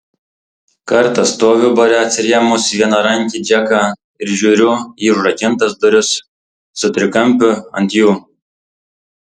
kartą stoviu bare atsirėmus į vienarankį džeką ir žiūriu į užrakintas duris su trikampiu ant jų